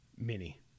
Mini